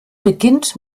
beginnt